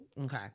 Okay